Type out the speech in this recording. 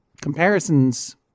Comparisons